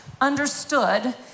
understood